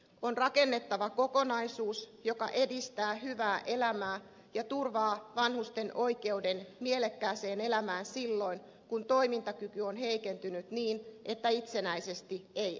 on rakennettava kokonaisuus joka edistää hyvää elämää ja turvaa vanhusten oikeuden mielekkääseen elämään silloin kun toimintakyky on heikentynyt niin että itsenäisesti ei enää selviä